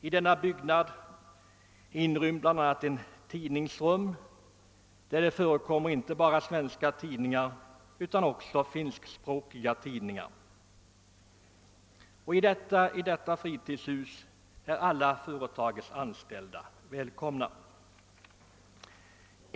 I denna byggnad inryms också ett tidningsrum, där det finns inte bara svenska utan även finskspråkiga tidningar. Alla företagets anställda är välkomna till detta fritidshus.